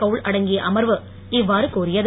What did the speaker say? கவுல் அடங்கிய அமர்வு இவ்வாறு கூறியது